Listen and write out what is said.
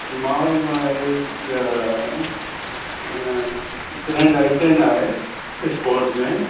मां वटि उहा आहे इहा ग्रैंड आई टेन आहे स्पोर्ट में